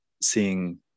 seeing